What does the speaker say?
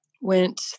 went